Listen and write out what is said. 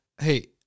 hey